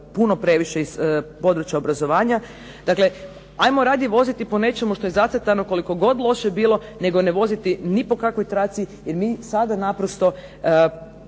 puno previše iz područja obrazovanja. Dakle, ajmo radije voziti po nečemu što je zacrtano koliko god je loše bilo, nego voziti ni po kakvoj traci, jer mi sada naprosto,